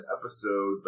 episode